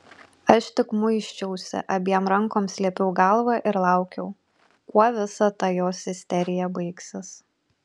aš tik muisčiausi abiem rankom slėpiau galvą ir laukiau kuo visa ta jos isterija baigsis